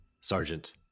Sergeant